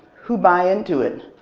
who buy into it.